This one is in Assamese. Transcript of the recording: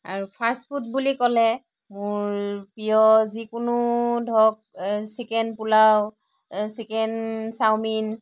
আৰু ফাষ্ট ফুড বুলি ক'লে মোৰ প্ৰিয় যিকোনো ধৰক চিকেন পোলাও চিকেন চাওমিন